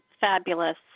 Fabulous